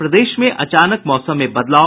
और प्रदेश में अचानक मौसम में बदलाव